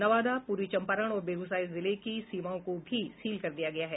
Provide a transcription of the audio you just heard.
नवादा पूर्वी चंपारण और बेगूसराय जिले की सीमाओं को भी सील कर दिया गया है